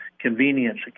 convenience